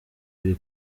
biri